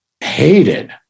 hated